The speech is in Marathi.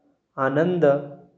आनंद